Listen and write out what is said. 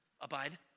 Abide